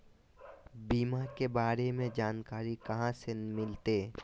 बीमा के बारे में जानकारी कहा से मिलते?